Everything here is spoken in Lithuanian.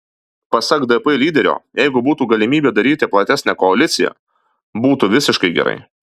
pasak dp lyderio jeigu būtų galimybė daryti platesnę koaliciją būtų visiškai gerai